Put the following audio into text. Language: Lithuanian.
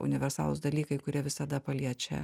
universalūs dalykai kurie visada paliečia